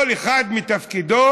כל אחד בתפקידו